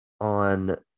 on –